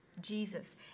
Jesus